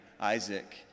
Isaac